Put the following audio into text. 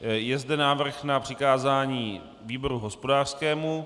Je zde návrh na přikázání výboru hospodářskému.